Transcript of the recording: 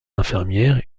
infirmières